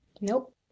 Nope